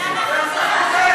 וכעת,